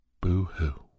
boo-hoo